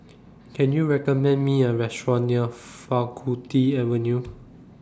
Can YOU recommend Me A Restaurant near Faculty Avenue